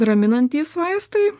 raminantys vaistai